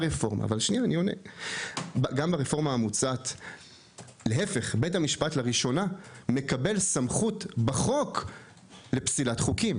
שהרי אנו יודעים שהרשות המבצעת היא זו שגם קובעת מה הכנסת תצביע,